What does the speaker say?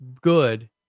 good